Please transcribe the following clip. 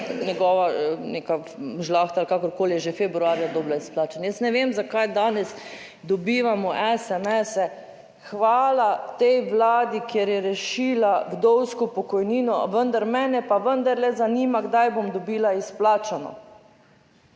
neka žlahtali, kakorkoli je že februarja dobila izplačane. Jaz ne vem zakaj danes dobivamo SMS, hvala tej Vladi, ker je rešila vdovsko pokojnino, vendar mene pa vendarle zanima kdaj bom dobila izplačano.